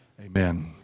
Amen